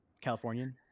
Californian